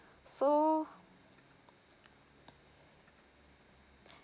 so